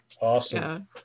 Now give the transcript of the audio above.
Awesome